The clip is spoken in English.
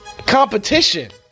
Competition